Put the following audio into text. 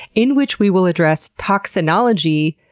in which we will address toxinology,